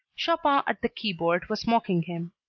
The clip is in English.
chopin at the keyboard was mocking him.